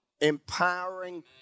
Empowering